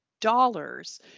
dollars